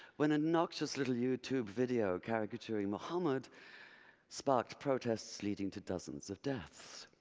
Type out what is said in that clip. when an obnoxious little youtube video caricaturing muhammad sparked protests leading to dozens of deaths.